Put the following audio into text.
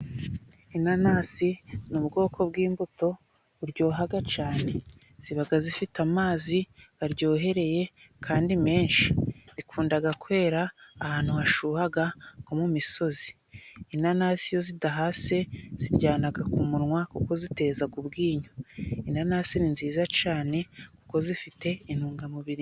Inanasi ni ubwoko bw'imbuto buryoha cyane ziba zifite amazi aryohereye kandi menshi ikunda kwera ahantu hashyuha nko mu misozi. Inanasi iyo zidahase ziryana ku munwa kuko ziteza ubwinyo, inanasi ni nziza cyane kuko zifite intungamubiri.